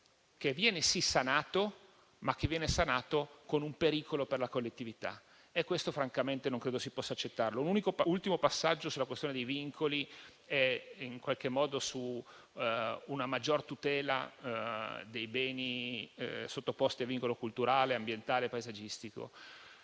che viene, sì, sanata, ma con un pericolo per la collettività e questo francamente non credo si possa accettarlo. Un ultimo passaggio svolto sulla questione dei vincoli e in qualche modo su una maggior tutela dei beni sottoposti a vincolo culturale, ambientale e paesaggistico.